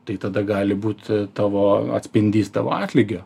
tai tada gali būt tavo atspindys tavo atlygio